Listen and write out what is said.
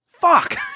Fuck